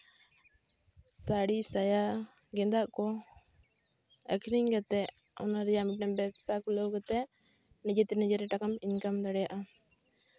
ᱥᱟᱹᱲᱤ ᱥᱟᱭᱟ ᱜᱮᱸᱫᱟᱜ ᱠᱚ ᱟᱠᱷᱨᱤᱧ ᱠᱟᱛᱮ ᱚᱱᱟ ᱨᱮᱭᱟᱜ ᱢᱤᱫᱴᱟᱝ ᱵᱮᱵᱥᱟ ᱠᱷᱩᱞᱟᱹᱣ ᱠᱟᱛᱮ ᱱᱤᱡᱮᱛᱮ ᱱᱤᱡᱮᱨᱮ ᱴᱟᱠᱟᱢ ᱤᱱᱠᱟᱢ ᱫᱟᱲᱮᱭᱟᱜᱼᱟ